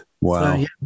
Wow